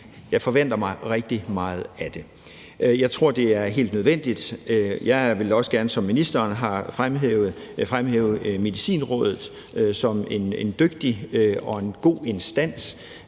Jeg forventer mig rigtig meget af det. Jeg tror, at det er helt nødvendigt. Jeg vil gerne, som ministeren også har gjort, fremhæve Medicinrådet som en dygtig og god instans,